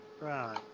Right